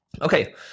Okay